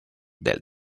del